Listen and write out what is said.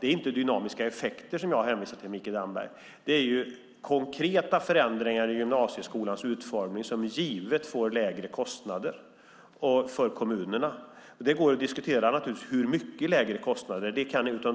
Det är inte dynamiska effekter jag hänvisar till, Mikael Damberg, utan det är konkreta förändringar i gymnasieskolans utformning som givet innebär lägre kostnader för kommunerna. Det går naturligtvis att diskutera hur mycket lägre kostnaderna blir.